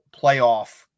playoff